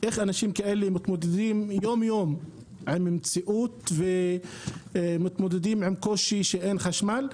אז איך אנשים כאלה מתמודדים יום יום עם המציאות הזאת שאין חשמל?